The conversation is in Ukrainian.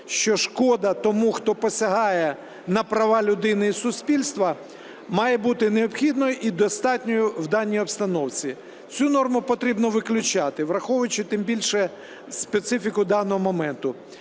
що шкода тому, хто посягає на права людини і суспільства, має бути необхідною і достатньою в даній обстановці. Цю норму потрібно виключати, враховуючи тим більше специфіку даного моменту.